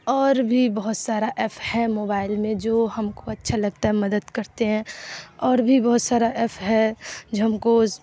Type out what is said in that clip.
اور بھی بہت سارا ایف ہے موبائل میں جو ہم کو اچھا لگتا ہے مدد کرتے ہیں اور بھی بہت سارا ایف ہے جو ہم کو